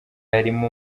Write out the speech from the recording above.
harimo